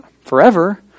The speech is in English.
forever